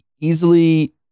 easily